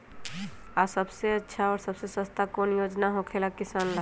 आ सबसे अच्छा और सबसे सस्ता कौन योजना होखेला किसान ला?